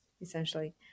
essentially